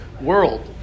world